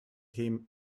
him